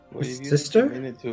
Sister